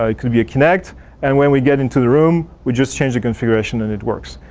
it could be a connect and when we get into the room we just change the configuration and it works.